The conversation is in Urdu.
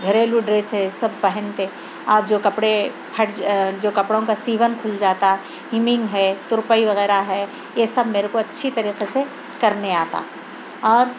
گھریلو ڈریس ہے سب پہنتے اور جو کپڑے پھٹ جو کپڑوں کا سیون کھل جاتا ہیمنگ ہے تُرپئی وغیرہ ہے یہ سب میرے کو اچھی طریقے سے کرنے آتا اور